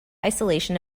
isolation